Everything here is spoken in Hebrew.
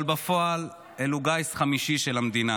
אבל בפועל אלו גיס חמישי אל מול המדינה,